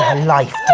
ah life